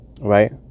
right